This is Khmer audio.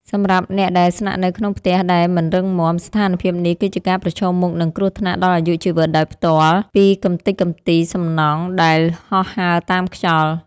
សម្រាប់អ្នកដែលស្នាក់នៅក្នុងផ្ទះដែលមិនរឹងមាំ ស្ថានភាពនេះគឺជាការប្រឈមមុខនឹងគ្រោះថ្នាក់ដល់អាយុជីវិតដោយផ្ទាល់ពីកម្ទេចកម្ទីសំណង់ដែលហោះហើរតាមខ្យល់។